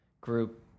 group